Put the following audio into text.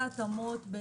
בהתאמות.